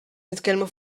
nitkellmu